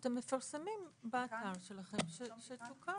אתם מפרסמים באתר שלכם שתוקן.